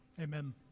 amen